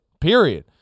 period